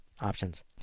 options